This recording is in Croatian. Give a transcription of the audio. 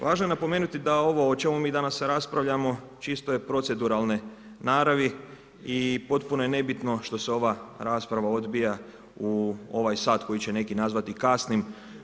Važno je napomenuti da ovo o čemu mi danas raspravljamo čisto je proceduralne naravi i potpuno je nebitno što se ova rasprava odvija u ovaj sat koji će neki nazvati kasnim.